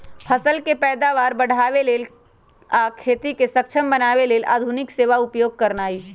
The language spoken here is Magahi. फसल के पैदावार बढ़ाबे लेल आ खेती के सक्षम बनावे लेल आधुनिक सेवा उपयोग करनाइ